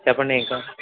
చెప్పండి ఏమి కావాలి మీకు